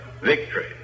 Victory